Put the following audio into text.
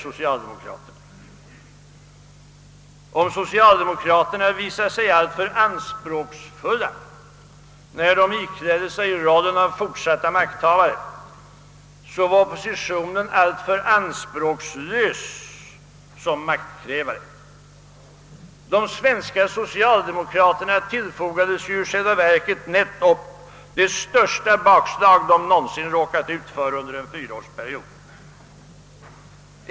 Om socialdemokraterna visat sig alltför anspråksfulla när de iklätt sig rollen som makthavare i fortsättningen, så var oppositionen alltför anspråkslös som maktkrävare. De svenska socialdemokraterna tillfogades i själva verket nära nog det största bakslag som de någonsin under en fyraårsperiod råkat ut för.